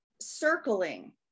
circling